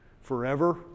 forever